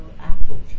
apple